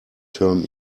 term